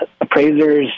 appraisers